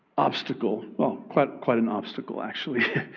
obstacle, oh quite quite an obstacle, actually.